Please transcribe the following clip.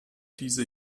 diese